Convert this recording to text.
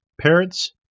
parents